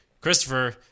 Christopher